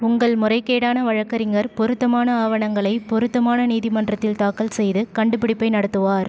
உங்கள் முறைகேடான வழக்கறிஞர் பொருத்தமான ஆவணங்களை பொருத்தமான நீதிமன்றத்தில் தாக்கல் செய்து கண்டுபிடிப்பை நடத்துவார்